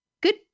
good